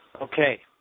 Okay